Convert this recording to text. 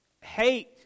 hate